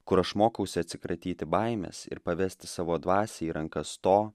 kur aš mokausi atsikratyti baimės ir pavesti savo dvasią į rankas to